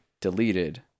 deleted